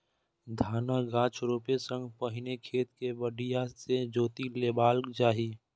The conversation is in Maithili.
धानक गाछ रोपै सं पहिने खेत कें बढ़िया सं जोति लेबाक चाही